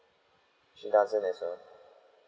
she doesn't as well